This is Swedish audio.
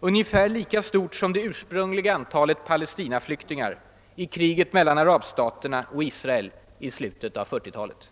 ungefär lika stort som det ursprungliga antalet Palestinaflyktingar i kriget mellan arabstaterna och Israel i slutet av 1940-talet.